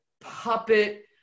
puppet